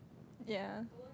ya